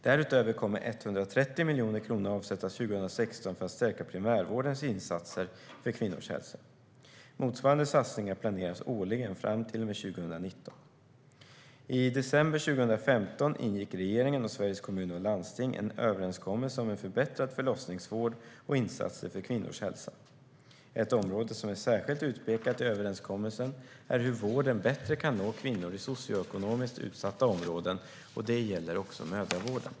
Därutöver kommer 130 miljoner kronor att avsättas 2016 för att stärka primärvårdens insatser för kvinnors hälsa. Motsvarande satsningar planeras årligen fram till och med 2019. I december 2015 ingick regeringen och Sveriges Kommuner och Landsting, SKL, en överenskommelse om en förbättrad förlossningsvård och insatser för kvinnors hälsa. Ett område som är särskilt utpekat i överenskommelsen är hur vården bättre kan nå kvinnor i socioekonomiskt utsatta områden, och det gäller också mödravården.